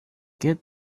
get